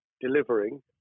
delivering